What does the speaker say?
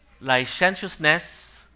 licentiousness